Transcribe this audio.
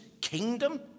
kingdom